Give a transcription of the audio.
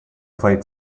plate